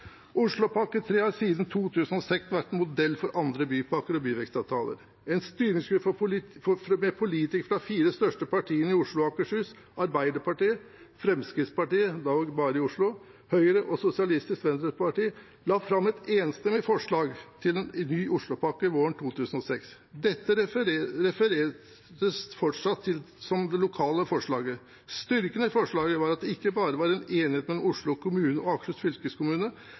Oslopakke 3 har siden 2006 vært modell for andre bypakker og byvekstavtaler. En styringsgruppe med politikere fra de fire største partiene i Oslo og Akershus, Arbeiderpartiet, Fremskrittspartiet, Høyre og Sosialistisk Venstreparti – Fremskrittspartiet dog bare i Oslo – la fram et enstemmig forslag til en ny oslopakke våren 2006. Dette refereres fortsatt til som «det lokale forslaget». Styrken i forslaget var at det ikke bare var en enighet mellom Oslo kommune og Akershus fylkeskommune,